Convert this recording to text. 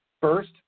First